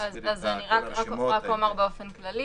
אומר באופן כללי